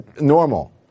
normal